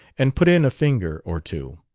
and put in a finger or two.